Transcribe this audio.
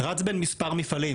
רץ בין מספר מפעלים.